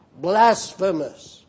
blasphemous